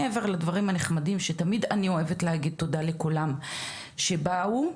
מעבר לדברים הנחמדים שתמיד אני אוהבת להגיד תודה לכולם על כך שבאו.